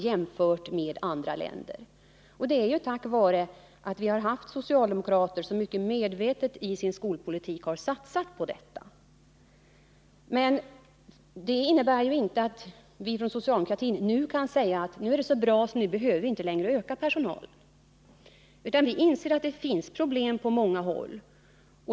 Det är ju tack vare att vi har haft socialdemokrater som mycket medvetet i sin skolpolitik har satsat på detta. Men det innebär inte att vi från socialdemokratin nu kan säga att allt är så bra att vi inte längre behöver öka personaltätheten. Vi inser att det finns problem på många håll.